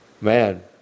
man